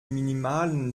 minimalen